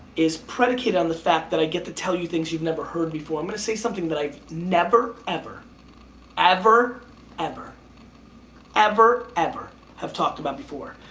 is predicated on the fact that i get to tell you things you've never heard before. i'm gonna say something that i've never ever ever ever ever ever have talked about before.